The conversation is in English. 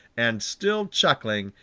and still chuckling,